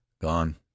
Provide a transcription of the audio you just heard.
gone